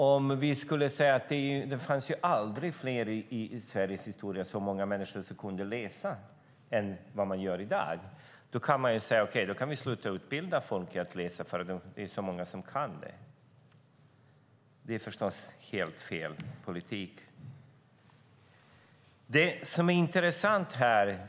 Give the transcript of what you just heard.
Om det aldrig funnits så många människor i Sveriges historia som kan läsa som i dag skulle man kunna säga: Okej, då kan vi sluta utbilda folk i att läsa, för det är så många som kan det. Det är förstås helt fel politik. Herr talman!